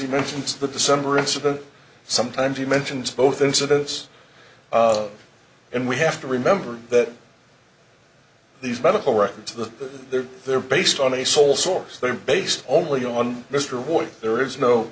even since the december incident sometimes he mentions both incidents and we have to remember that these medical records are the they're based on a sole source they are based only on mr ward there is no